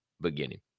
beginning